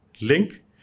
link